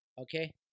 Okay